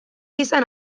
izan